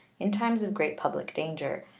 in times of great public danger,